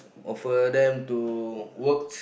offer them to work